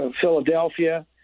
Philadelphia